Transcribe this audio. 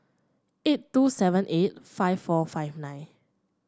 eight two seven eight five four five nine